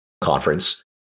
Conference